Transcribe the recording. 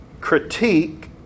critique